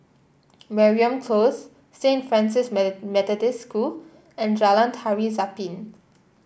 Mariam Close Saint Francis Methodist School and Jalan Tari Zapin